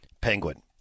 penguin